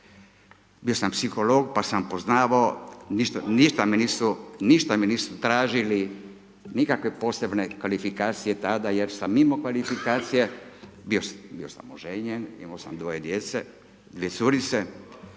bio sam psiholog, pa sam poznavao, ništa me nisu tražili, nikakve posebne kvalifikacije tada jer sam imao kvalifikacije, bio sam oženjen, imao sam dvoje djece, dvije curice